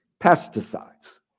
pesticides